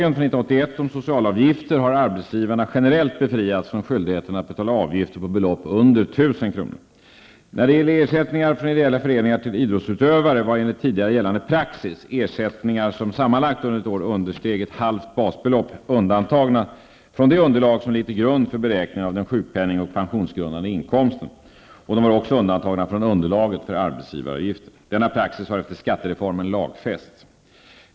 När det gäller ersättningar från ideella föreningar till idrottsutövare var enligt tidigare gällande praxis ersättningar som sammanlagt under ett år understeg ett halvt basbelopp undantagna från det underlag som ligger till grund för beräkningen av den sjukpenning och pensionsgrundande inkomsten, och de var också undantagna från underlaget för arbetsgivaravgifter. Denna praxis har efter skattereformen lagfästs.